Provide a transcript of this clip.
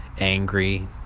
angry